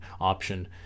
option